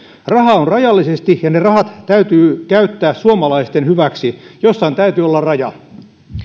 rahaa on rajallisesti ja ne rahat täytyy käyttää suomalaisten hyväksi jossain täytyy olla raja